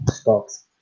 stocks